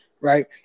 right